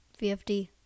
VFD